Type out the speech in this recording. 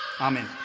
Amen